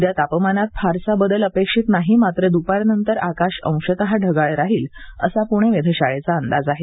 उद्या तापमानात फारसा बदल अपेक्षित नाही मात्र दुपारनंतर आकाश अंशात ढगाळ राहील असा पुणे वेधशाळेचा अंदाज आहे